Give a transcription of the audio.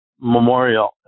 Memorial